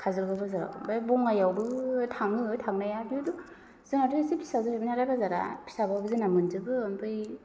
खाजोलगाव बाजाराव ओमफ्राय बङाइआवबो थाङो थांनाया थेवबो जोंहाथ' एसे फिसा जाहैबाय नालाय बाजारा फिसाबाबो जोंना मोनजोबो ओमफ्राय